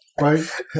right